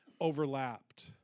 overlapped